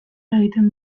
eragiten